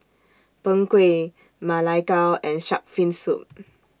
Png Kueh Ma Lai Gao and Shark's Fin Soup